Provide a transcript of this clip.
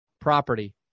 property